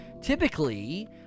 typically